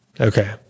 Okay